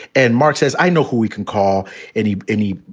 and mark says, i know who we can call any any,